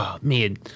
man